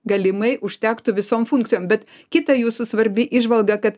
galimai užtektų visom funkcijom bet kita jūsų svarbi įžvalga kad